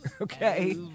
Okay